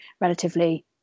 relatively